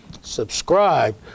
subscribe